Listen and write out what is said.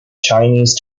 chinese